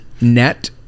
net